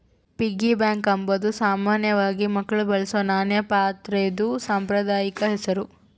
piggy bank ಅಂಬಾದು ಸಾಮಾನ್ಯವಾಗಿ ಮಕ್ಳು ಬಳಸೋ ನಾಣ್ಯ ಪಾತ್ರೆದು ಸಾಂಪ್ರದಾಯಿಕ ಹೆಸುರು